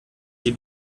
sie